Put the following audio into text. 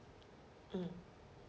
mm